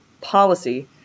policy